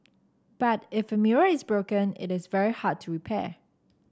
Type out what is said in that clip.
but if a mirror is broken it is very hard to repair